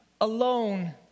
alone